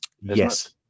Yes